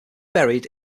buried